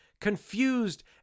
confused